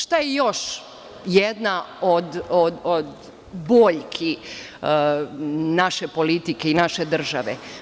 Šta je još jedna od boljki naše politike i naše države?